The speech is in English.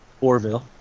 orville